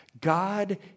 God